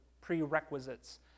prerequisites